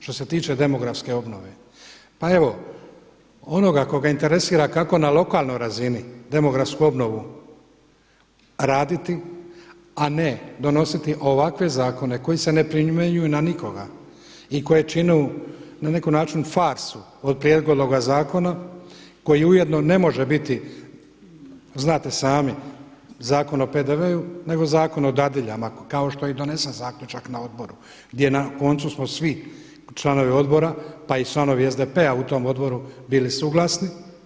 Što se tiče demografske obnove, pa evo koga interesira kako na lokalnoj razini demografsku obnovu raditi a ne donositi ovakve zakone koji se ne primjenjuju na nikoga i koji čine na neki način farsu od prijedloga zakona koji ujedno ne može biti znate sami Zakon o PDV-u, nego Zakon o dadiljama kao što je i donesen zaključak na odboru, gdje na koncu smo svi članovi odbora pa i članovi SDP-a u tom odboru bili suglasni.